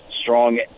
strong